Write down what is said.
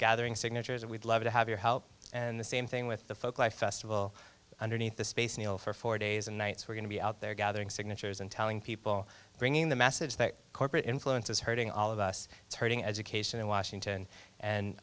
gathering signatures and we'd love to have your help and the same thing with the folklife festival underneath the space needle for four days and nights we're going to be out there gathering signatures and telling people bringing the message that corporate influence is hurting all of us it's hurting education in washington and